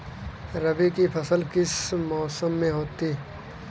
रबी की फसल किस मौसम में होती है?